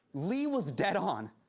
lee was dead on.